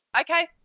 Okay